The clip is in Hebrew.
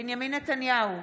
בנימין נתניהו,